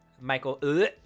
Michael